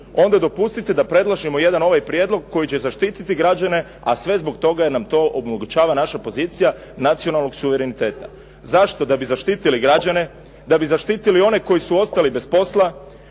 onda dopustite da predložimo jedan ovaj prijedlog koji će zaštiti građane, a sve zbog toga jer nam to omogućava naša pozicija nacionalnog suvereniteta. Zašto? Da bi zaštitili građane, da bi zaštitili one koji su ostali bez posla,